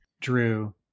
drew